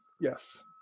Yes